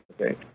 Okay